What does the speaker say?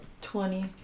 Twenty